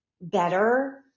better